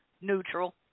neutral